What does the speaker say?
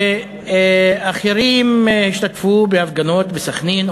אחרים השתתפו בהפגנות בסח'נין,